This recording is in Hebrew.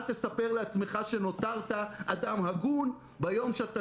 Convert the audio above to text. אל תספר לעצמך שנותרת אדם הגון ביום שאתה